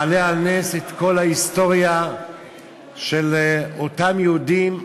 מעלה על נס את כל ההיסטוריה של אותם יהודים,